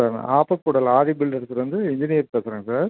sir Appakudal Adhi பில்டர்ஸ்லேருந்து engineer பேசுகிறேன் sir